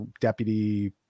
deputy